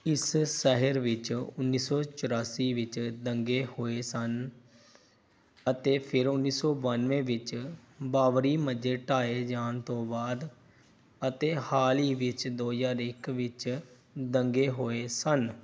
ਇਸ ਸ਼ਹਿਰ ਵਿੱਚ ਉੱਨੀ ਸੌ ਚੁਰਾਸੀ ਵਿੱਚ ਦੰਗੇ ਹੋਏ ਸਨ ਅਤੇ ਫਿਰ ਉੱਨੀ ਸੌ ਬਾਨਵੇਂ ਵਿੱਚ ਬਾਬਰੀ ਮਸਜਿਦ ਢਾਹੇ ਜਾਣ ਤੋਂ ਬਾਅਦ ਅਤੇ ਹਾਲ ਹੀ ਵਿੱਚ ਦੋ ਹਜ਼ਾਰ ਇੱਕ ਵਿੱਚ ਦੰਗੇ ਹੋਏ ਸਨ